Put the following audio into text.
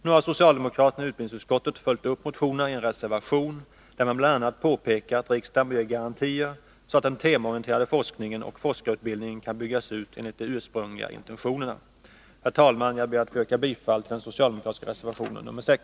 Nu har socialdemokraterna i utbildningsutskottet följt upp motionernai en reservation, där man bl.a. påpekar att riksdagen bör ge garantier, så att den temaorienterade forskningen och forskarutbildningen kan byggas ut enligt de ursprungliga intentionerna. Herr talman! Jag ber att få yrka bifall till den socialdemokratiska reservationen nr 6.